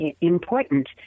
important